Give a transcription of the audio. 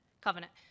Covenant